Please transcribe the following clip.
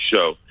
show